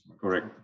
Correct